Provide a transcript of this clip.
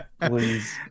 please